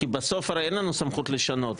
הרי אין לנו סמכות לשנות,